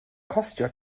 costio